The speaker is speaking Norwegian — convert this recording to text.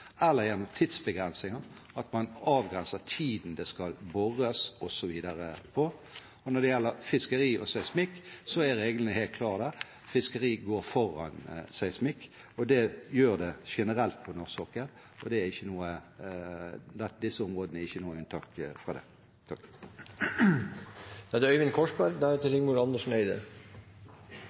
eller gjennom tidsbegrensninger, at man avgrenser tiden for når det skal bores, osv. Når det gjelder fiskeri og seismikk, er reglene helt klare. Fiskeri går foran seismikk, det gjør det generelt på norsk sokkel, og disse områdene er ikke noe unntak fra det. Jeg kan bare slutte meg fullt og helt til det